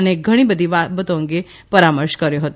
અને ઘણી બધી બાબતો અંગે પરામર્શ કર્યો હતો